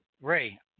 Ray